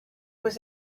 was